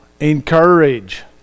Encourage